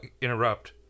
Interrupt